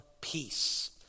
peace